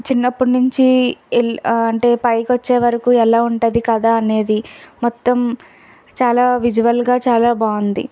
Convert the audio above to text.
చిన్నప్పుటి నుంచి అంటే పైకి వచ్చేవరకు ఎలా ఉంటుంది కథ అనేది మొత్తం చాలా విజువల్గా చాలా బాగుంది